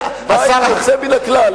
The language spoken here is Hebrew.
יוצא מן הכלל,